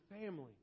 family